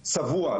צבוע,